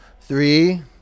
three